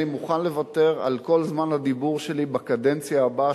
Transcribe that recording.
אני מוכן לוותר על כל זמן הדיבור שלי בקדנציה הבאה,